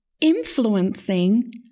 influencing